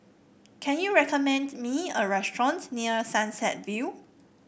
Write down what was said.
can you recommend me a restaurant near Sunset View